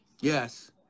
Yes